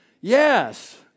Yes